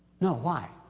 no. why?